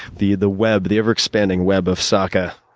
the the web, the ever expanding web of sacca?